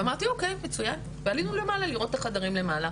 אמרתי אוקי מצוין ועלינו למעלה לראות את החדרים למעלה